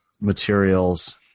materials